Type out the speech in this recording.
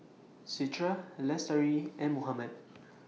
Citra Lestari and Muhammad